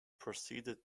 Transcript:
proceeded